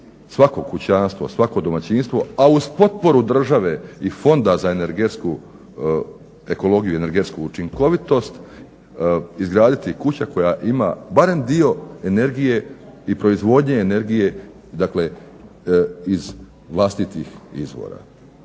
svako kućanstvo, svako domaćinstvo, a uz potporu države i Fonda za energetsku ekologiju i energetsku učinkovitost izgraditi kuća koja ima barem dio energije i proizvodnje energije dakle iz vlastitih izvora.